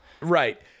Right